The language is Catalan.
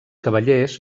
cavallers